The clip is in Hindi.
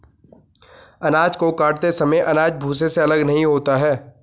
अनाज को काटते समय अनाज भूसे से अलग नहीं होता है